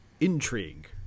Intrigue